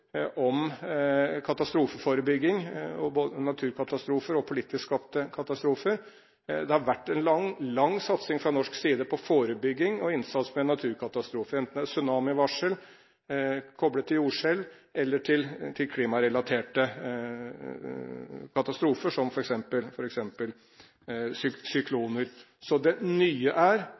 om katastrofeforebygging – naturkatastrofer og politisk skapte katastrofer. Det har vært en lang satsing fra norsk side på forebygging og innsats i forbindelse med naturkatastrofer, enten det er tsunamivarsel koblet til jordskjelv eller til klimarelaterte katastrofer, f.eks. forårsaket av sykloner. Så det nye er